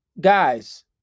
guys